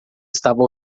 estava